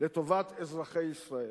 לטובת אזרחי ישראל,